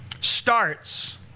starts